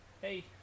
Hey